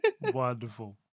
Wonderful